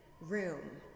room